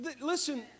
listen